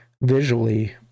visually